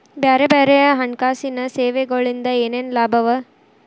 ಬ್ಯಾರೆ ಬ್ಯಾರೆ ಹಣ್ಕಾಸಿನ್ ಸೆವೆಗೊಳಿಂದಾ ಏನೇನ್ ಲಾಭವ?